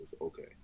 Okay